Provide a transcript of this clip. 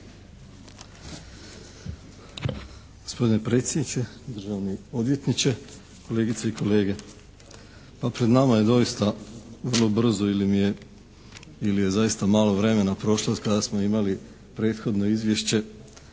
Gospodine predsjedniče, državni odvjetniče, kolegice i kolege. Pa pred nama je doista vrlo brzo ili je zaista malo vremena prošlo od kada smo imali prethodno izvješće,